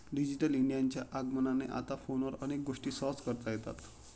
digital इंडियाच्या आगमनाने आता फोनवर अनेक गोष्टी सहज करता येतात